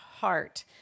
heart